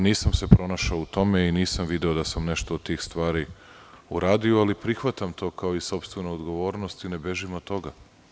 Nisam se pronašao u tome i nisam video da sam nešto od tih stvari uradio, ali prihvatam to kao sopstvenu odgovornost i ne bežim od toga.